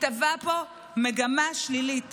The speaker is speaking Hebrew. מתהווה פה מגמה שלילית